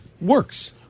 works